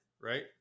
right